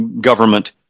government